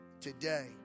Today